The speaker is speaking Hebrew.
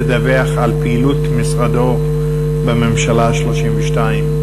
לדווח על פעילות משרדו בממשלה ה-32.